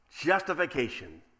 justification